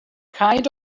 kind